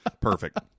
perfect